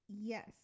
Yes